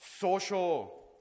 social